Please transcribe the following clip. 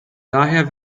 daher